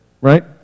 Right